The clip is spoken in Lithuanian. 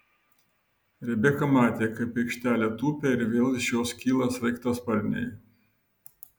rebeka matė kaip į aikštelę tupia ir vėl iš jos kyla sraigtasparniai